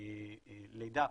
לידה,